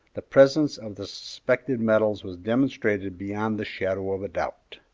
the presence of the suspected metals was demonstrated beyond the shadow of a doubt.